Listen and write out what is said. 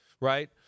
right